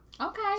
Okay